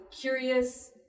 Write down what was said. curious